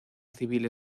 civil